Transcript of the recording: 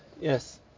yes